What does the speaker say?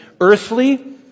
Earthly